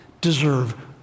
deserve